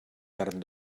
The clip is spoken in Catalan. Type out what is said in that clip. carn